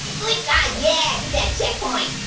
like ah yeah get that checkpoint.